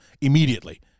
immediately